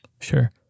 Sure